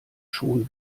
schon